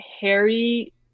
harry